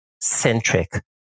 centric